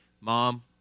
Mom